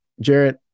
Jarrett